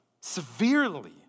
severely